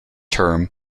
term